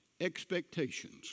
expectations